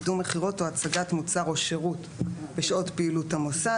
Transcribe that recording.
קידום מכירות או הצגת מוצר או שירות בשעות פעילות המוסד,